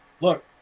look